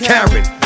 Karen